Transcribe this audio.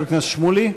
חבר הכנסת שמולי.